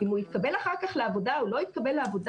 אם הוא יתקבל אחר כך לעבודה או לא יתקבל לעבודה,